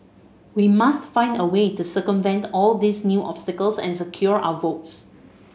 we must find a way to circumvent all these new obstacles and secure our votes